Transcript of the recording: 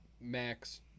Max